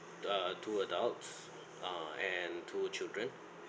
uh two adults uh and two children